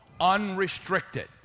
unrestricted